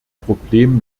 problem